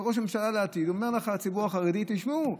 כראש ממשלה לעתיד הוא אומר לציבור החרדי: תשמעו,